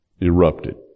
erupted